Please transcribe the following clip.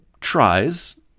tries